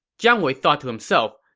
jiang wei thought to himself,